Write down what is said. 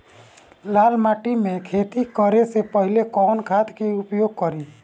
लाल माटी में खेती करे से पहिले कवन खाद के उपयोग करीं?